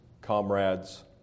comrades